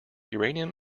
uranium